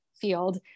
field